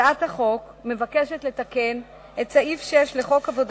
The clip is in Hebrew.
הצעת החוק מבקשת לתקן את סעיף 6 לחוק עבודת נשים.